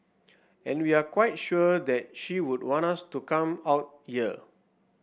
and we're quite sure that she would want us to come out here